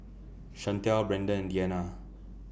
Shantell Brendon and Deanna